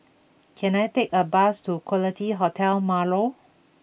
can I take a bus to Quality Hotel Marlow